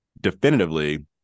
definitively